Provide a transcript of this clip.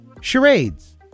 charades